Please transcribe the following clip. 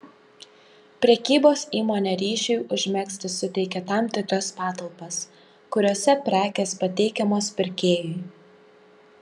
prekybos įmonė ryšiui užmegzti suteikia tam tikras patalpas kuriose prekės pateikiamos pirkėjui